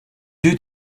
due